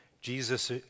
Jesus